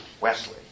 Wesley